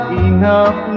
enough